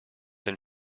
than